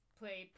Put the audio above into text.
play